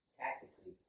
tactically